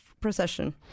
procession